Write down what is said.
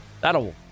That'll